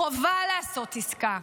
חובה לעשות עסקה.